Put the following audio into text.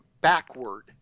backward